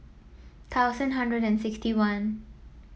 thousand hundred and sixty one